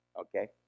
Okay